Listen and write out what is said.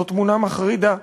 זו תמונה מחרידה.